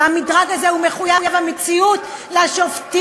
והמדרג הזה הוא מחויב המציאות לשופטים.